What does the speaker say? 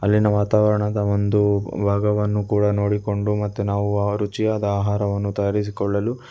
ಅಲ್ಲಿನ ವಾತಾವರಣದ ಒಂದು ಭಾಗವನ್ನು ಕೂಡ ನೋಡಿಕೊಂಡು ಮತ್ತೆ ನಾವು ಆ ರುಚಿಯಾದ ಆಹಾರವನ್ನು ತಯಾರಿಸಿಕೊಳ್ಳಲು